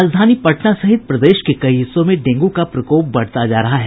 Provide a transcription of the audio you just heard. राजधानी पटना सहित प्रदेश के कई हिस्सों में डेंगू का प्रकोप बढ़ता जा रहा है